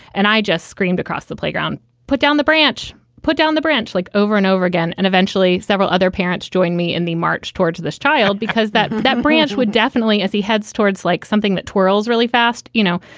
and i just screamed across the playground, put down the branch, put down the branch like over and over again. and eventually several other parents joined me in the march towards this child because that that branch would definitely, as he heads towards like something that twirls really fast. you know,